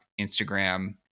Instagram